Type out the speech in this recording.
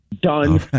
done